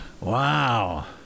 Wow